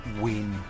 win